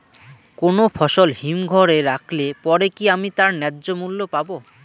কোনো ফসল হিমঘর এ রাখলে পরে কি আমি তার ন্যায্য মূল্য পাব?